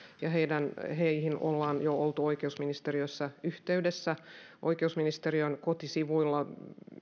ja heihin ollaan jo oltu oikeusministeriöstä yhteydessä oikeusministeriön kotisivuilla